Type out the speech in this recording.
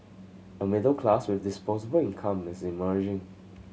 a middle class with disposable income is emerging